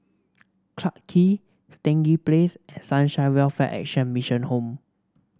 Clarke Quay Stangee Place and Sunshine Welfare Action Mission Home